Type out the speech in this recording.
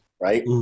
right